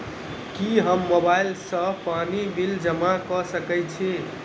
की हम मोबाइल सँ पानि बिल जमा कऽ सकैत छी?